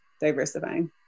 diversifying